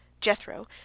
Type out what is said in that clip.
Jethro